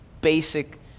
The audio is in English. basic